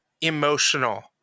emotional